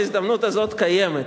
ההזדמנות הזאת קיימת.